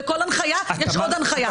לכל הנחיה יש עוד הנחיה.